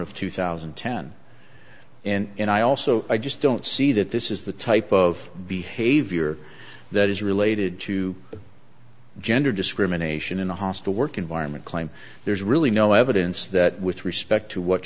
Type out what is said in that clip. of two thousand and ten and i also i just don't see that this is the type of behavior that is related to gender discrimination in a hostile work environment claim there's really no evidence that with respect to what